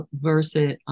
versus